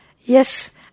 Yes